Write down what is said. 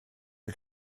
que